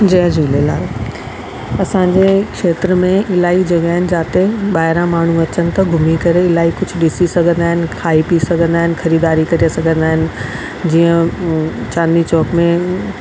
जय झूलेलाल असांजे खेत्र में इलाही जॻह आहिनि जिते ॿाहिरां माण्हू अचनि था घुमी करे इलाही कुझु ॾिसी सघंदा आहिनि खाई पी सघंदा आहिनि ख़रीदारी करे सघंदा आहिनि जीअं चांदनी चौक में